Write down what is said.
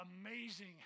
amazing